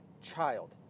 child